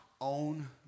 own